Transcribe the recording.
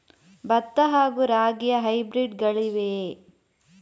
ಭತ್ತ ಹಾಗೂ ರಾಗಿಯ ಹೈಬ್ರಿಡ್ ಗಳಿವೆಯೇ?